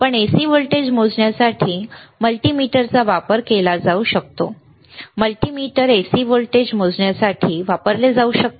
पण AC voltage मोजण्यासाठी मल्टीमीटरचा वापर केला जाऊ शकतो मल्टीमीटर AC व्होल्टेज मोजण्यासाठी वापरले जाऊ शकते